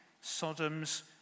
Sodom's